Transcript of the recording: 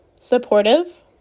supportive